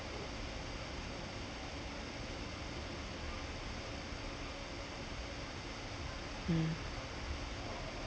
mm